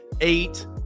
eight